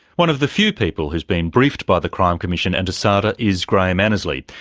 one of the few people who's been briefed by the crime commission and asada is graham annesley.